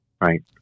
Right